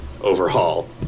overhaul